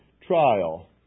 trial